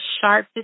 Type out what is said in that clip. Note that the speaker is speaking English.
sharp